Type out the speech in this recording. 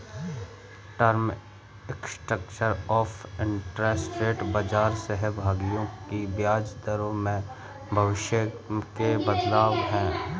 term structure of interest rate बाजार सहभागियों की ब्याज दरों में भविष्य के बदलाव है